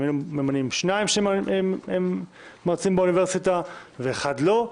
אם היינו ממנים שניים שהם מרצים באוניברסיטה ואחד לא,